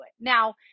Now